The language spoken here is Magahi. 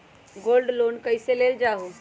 गोल्ड लोन कईसे लेल जाहु?